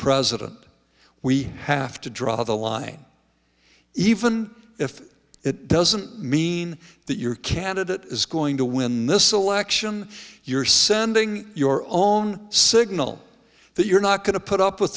president we have to draw the line even if it doesn't mean that your candidate is going to win this election you're sending your own signal that you're not going to put up with